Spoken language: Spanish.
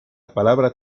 palabra